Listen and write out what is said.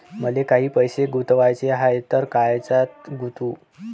मले काही पैसे गुंतवाचे हाय तर कायच्यात गुंतवू?